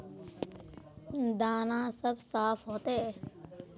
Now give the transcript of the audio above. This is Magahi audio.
दाना सब साफ होते?